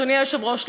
אדוני היושב-ראש,